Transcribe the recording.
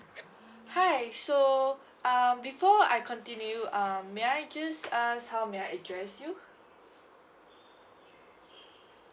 hi so um before I continue um may I just ask how may I address you